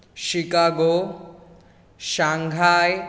Chicago Shanghai